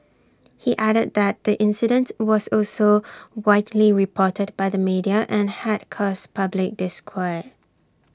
he added that the incident was also widely reported by the media and had caused public disquiet